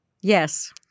Yes